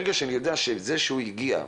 ברגע שאני יודע שזה שהוא הגיע,